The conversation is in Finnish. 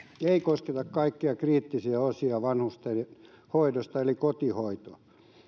ei kosketa kaikkia kriittisiä osia vanhustenhoidosta eli kotihoitoa